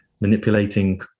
manipulating